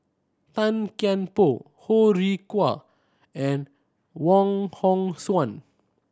Tan Kian Por Ho Rih Hwa and Wong Hong Suen